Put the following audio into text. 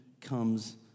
comes